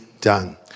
done